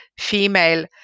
female